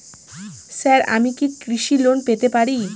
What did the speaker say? Sir আমি কি কৃষি লোন পেতে পারি?